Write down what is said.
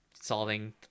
solving